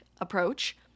approach